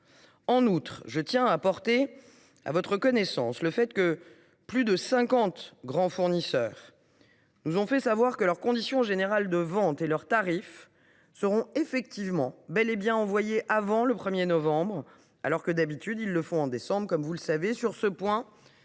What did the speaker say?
En outre, je tiens à porter à votre connaissance cet élément : plus de 50 grands fournisseurs nous ont fait savoir que leurs conditions générales de vente et leurs tarifs seront effectivement envoyés avant le 1 novembre, alors que, d’habitude, ils le sont en décembre. Cela laissera donc